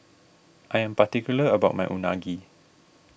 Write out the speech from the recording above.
I am particular about my Unagi